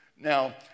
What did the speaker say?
Now